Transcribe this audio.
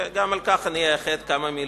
וגם לכך אני אייחד כמה מלים.